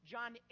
John